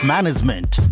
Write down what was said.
Management